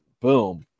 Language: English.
boom